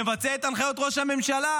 מבצע את הנחיות ראש הממשלה.